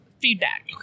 feedback